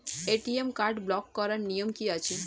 ATM card block করার নিয়ম কি আছে?